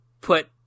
put